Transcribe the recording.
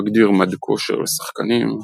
מגדיר מד כושר לשחקנים,